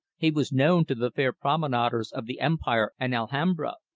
he was known to the fair promenaders of the empire and alhambra,